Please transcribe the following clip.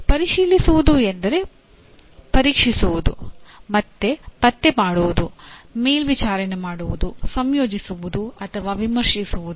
ಪರಿಶೀಲಿಸುವುದು ಎಂದರೆ ಪರೀಕ್ಷಿಸುವುದು ಪತ್ತೆ ಮಾಡುವುದು ಮೇಲ್ವಿಚಾರಣೆ ಮಾಡುವುದು ಸಂಯೋಜಿಸುವುದು ಅಥವಾ ವಿಮರ್ಶಿಸುವುದು